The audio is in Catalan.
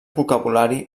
vocabulari